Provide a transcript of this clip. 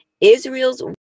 Israel's